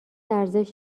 ارزش